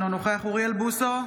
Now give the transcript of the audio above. אינו נוכח אוריאל בוסו,